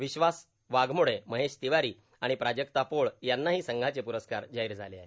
विश्वास वाघमोडे महेश तिवारी आणि प्राजक्ता पोळ यांनाही संघाचे प्रस्कार जाहीर झाले आहेत